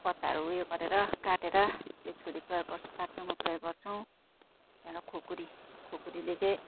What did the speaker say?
पत्ताहरू उयो गरेर काटेर त्यो छुरी प्रयोग गर्छौँ काट्नुमा प्रयोग गर्छौँ त्यहाँबाट खुकुरी खुकुरीले चाहिँ